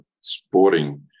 sporting